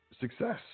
success